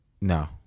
no